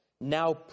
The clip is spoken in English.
now